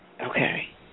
Okay